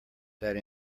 that